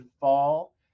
fall